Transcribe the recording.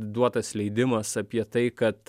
duotas leidimas apie tai kad